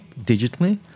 digitally